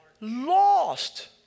lost